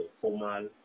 formal